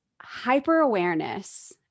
hyper-awareness